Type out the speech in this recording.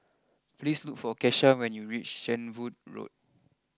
please look for Kesha when you reach Shenvood Road